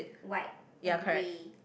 white and grey